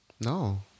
no